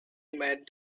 met